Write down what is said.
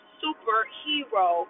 superhero